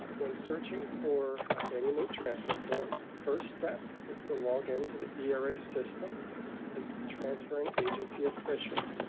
when searching for annual move transfer forms, the first step is to log in to the era system as the transferring agency official.